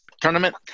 tournament